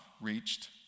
reached